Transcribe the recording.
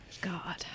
God